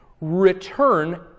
Return